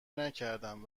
نکردم